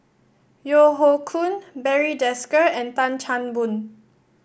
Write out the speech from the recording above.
Yeo Hoe Koon Barry Desker and Tan Chan Boon